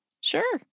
Sure